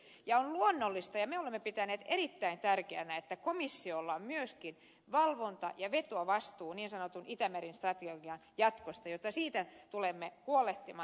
on luonnollista ja me olemme pitäneet erittäin tärkeänä että komissiolla on myöskin valvonta ja vetovastuu niin sanotun itämeri strategian jatkosta joten siitä tulemme huolehtimaan